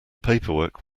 paperwork